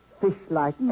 Fish-like